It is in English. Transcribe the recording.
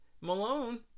Malone